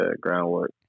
groundwork